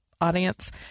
audience